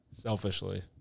Selfishly